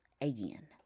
again